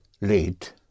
late